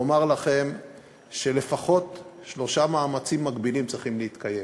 אומר לכם שלפחות שלושה דברים מקבילים צריכים להתקיים: